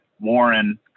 Warren